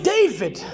David